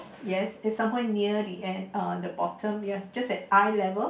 yes it's some point near the end uh the bottom ya it's just at eye level